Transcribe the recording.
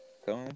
Então